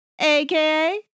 aka